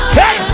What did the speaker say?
hey